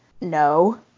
no